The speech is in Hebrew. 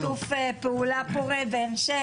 וכמובן תודה על שיתוף פעולה פורה בהמשך.